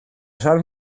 rhan